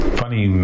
funny